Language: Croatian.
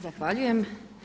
Zahvaljujem.